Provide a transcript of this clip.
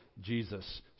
Jesus